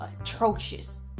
atrocious